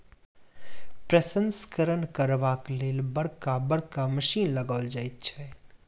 प्रसंस्करण करबाक लेल बड़का बड़का मशीन लगाओल जाइत छै